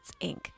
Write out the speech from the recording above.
Inc